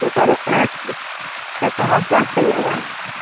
تو sir sir Saharsa سے چلنا نا